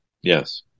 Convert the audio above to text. Yes